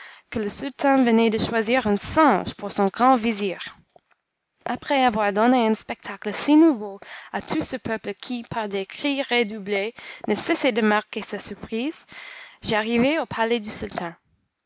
que le sultan venait de choisir un singe pour son grand vizir après avoir donné un spectacle si nouveau à tout ce peuple qui par des cris redoublés ne cessait de marquer sa surprise j'arrivai au palais du sultan